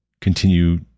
continue